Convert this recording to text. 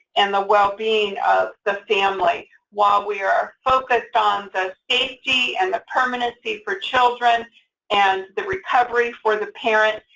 and the well-being of the family. while we're focused on the safety and the permanency for children and the recovery for the parents,